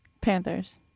Panthers